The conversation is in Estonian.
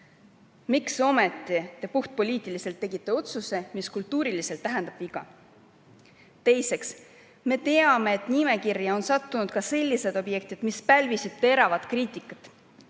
Miks te ometi puhtpoliitiliselt tegite otsuse, mis kultuuriliselt tähendab viga? Teiseks. Me teame, et nimekirja on sattunud ka sellised objektid, mis pälvisid teravat kriitikat.